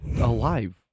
alive